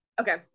okay